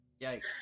Yikes